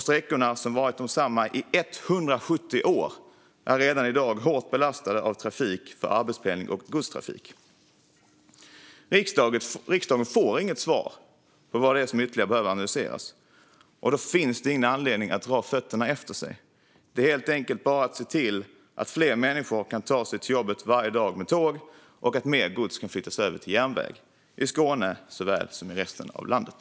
Sträckorna som varit desamma i 170 år är redan i dag hårt belastade av trafik för arbetspendling och godstrafik. Riksdagen får inget svar på vad det är som ytterligare behöver analyseras. Då finns det ingen anledning att dra fötterna efter sig. Det är helt enkelt bara att se till att fler människor kan ta sig till jobbet varje dag med tåg och att mer gods kan flyttas över till järnväg i Skåne såväl som i resten av landet.